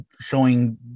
showing